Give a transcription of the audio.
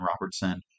Robertson